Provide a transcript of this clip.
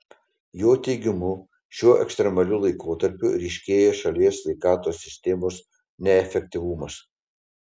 jo teigimu šiuo ekstremaliu laikotarpiu ryškėja šalies sveikatos sistemos neefektyvumas